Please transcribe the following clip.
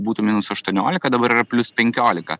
būtų minus aštuoniolika dabar yra plius penkiolika